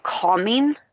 calming